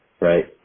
right